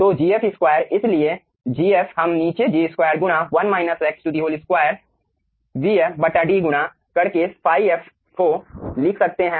तो Gf2 इसलिए Gf हम नीचे G2 गुणा 2 vf D गुणा करके ϕfo लिख सकते हैं